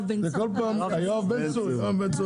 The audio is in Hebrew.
אין בעיה,